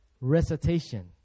Recitation